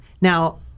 Now